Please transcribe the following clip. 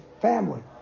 family